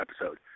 episode